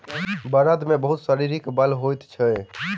बड़द मे बहुत शारीरिक बल होइत अछि